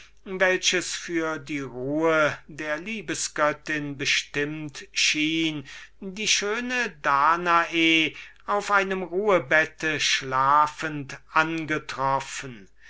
welches für die ruhe der liebesgöttin bestimmt schien die schöne danae auf einem sofa von nelkenfarbem atlas schlafend angetroffen